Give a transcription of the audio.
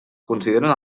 consideren